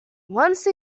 once